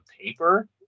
paper